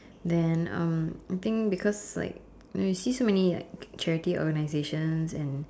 then uh I think because like you know you see so many like charity organisations and